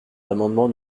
l’amendement